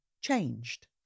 changed